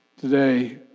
today